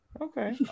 Okay